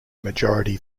majority